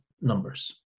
numbers